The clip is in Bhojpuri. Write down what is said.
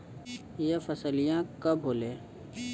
यह फसलिया कब होले?